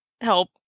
help